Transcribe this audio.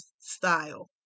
style